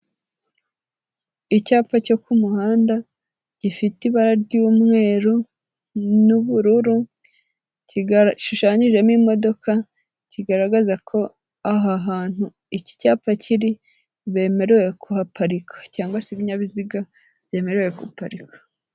Icyapa cyo ku muhanda gifite ibara ry'umweru n'ubururu, gishushanyijemo imodoka, kigaragaza ko aha hantu iki cyapa kiri bemerewe kuhaparika, cyangwa se ibinyabiziga byemerewe guparika.